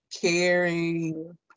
caring